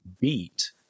beat